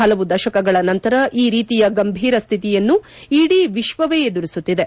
ಹಲವು ದಶಕಗಳ ನಂತರ ಈ ರೀತಿಯ ಗಂಭೀರ ಸ್ಥಿತಿಯನ್ನು ಇಡೀ ವಿಶ್ವವೇ ಎದುರಿಸುತ್ತಿದೆ